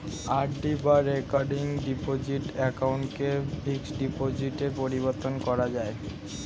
RD বা recurring deposit অ্যাকাউন্টকে fixed ডিপোজিটে পরিবর্তন করা যায়